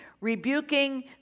rebuking